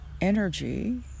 energy